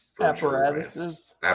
Apparatuses